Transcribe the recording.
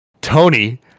Tony